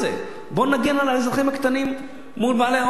בואו נגן על האזרחים הקטנים מול בעלי ההון הגדולים.